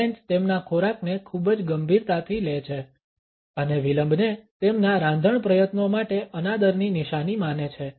French તેમના ખોરાકને ખૂબ જ ગંભીરતાથી લે છે અને વિલંબને તેમના રાંધણ પ્રયત્નો માટે અનાદરની નિશાની માને છે